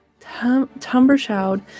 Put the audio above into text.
Tumbershoud